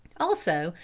also,